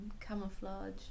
camouflage